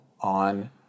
on